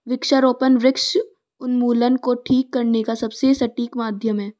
वृक्षारोपण वृक्ष उन्मूलन को ठीक करने का सबसे सटीक माध्यम है